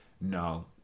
no